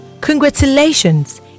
Congratulations